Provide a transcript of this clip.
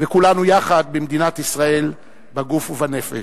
וכולנו יחד במדינת ישראל בגוף ובנפש.